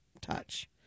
touch